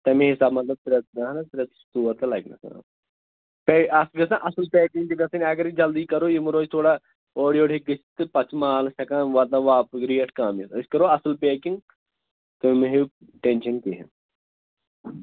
تَمے حِساب مطلب ترٛےٚ آہَن حظ ترٛےٚ ژور تہِ لَگٮ۪نَس تِکیٛازِ اَتھ چھِ گژھان اَصٕل پیکِنٛگ چھِ گژھٕنۍ اگر أسۍ جلدی کَرو یِمو روزِ تھوڑا اورٕ یورٕ ہیٚکہِ گٔژھِتھ تہٕ پَتہٕ چھِ مالَس ہٮ۪کان واتناو واپَس ریٹ کَم یِتھ أسۍ کَرو اَصٕل پیکِنٛگ تُہۍ مہٕ ہیٚیِو ٹٮ۪نشَن کیٚنٛہہ